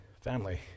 family